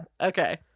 Okay